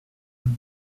and